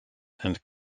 and